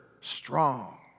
strong